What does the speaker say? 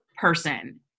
person